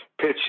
pitch